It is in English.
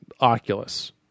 Oculus